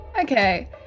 okay